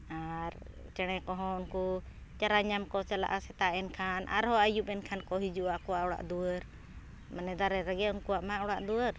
ᱟᱨ ᱪᱮᱬᱮ ᱠᱚᱦᱚᱸ ᱩᱱᱠᱩ ᱪᱟᱨᱟ ᱧᱟᱢ ᱠᱚ ᱪᱟᱞᱟᱜᱼᱟ ᱥᱮᱛᱟᱜ ᱮᱱᱠᱷᱟᱱ ᱟᱨᱦᱚᱸ ᱟᱹᱭᱩᱵ ᱮᱱᱠᱷᱟᱱ ᱠᱚ ᱦᱤᱡᱩᱜᱼᱟ ᱟᱠᱚᱣᱟᱜ ᱚᱲᱟᱜ ᱫᱩᱣᱟᱹᱨ ᱢᱟᱱᱮ ᱫᱟᱨᱮ ᱨᱮᱜᱮ ᱩᱱᱠᱩᱣᱟᱜ ᱢᱟ ᱚᱲᱟᱜ ᱫᱩᱣᱟᱹᱨ